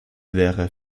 wäre